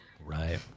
Right